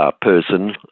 person